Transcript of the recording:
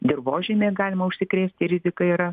dirvožemyje galima užsikrėsti rizika yra